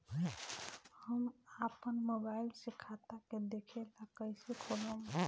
हम आपन मोबाइल से खाता के देखेला कइसे खोलम?